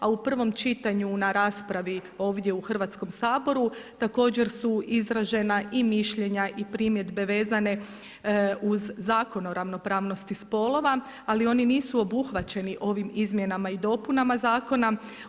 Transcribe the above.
A u prvom čitanju na raspravi ovdje u Hrvatskom saboru također su izražena i mišljenja i primjedbe vezane uz Zakon o ravnopravnosti spolova ali oni nisu obuhvaćeni ovim izmjenama i dopunama zakona.